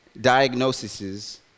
diagnoses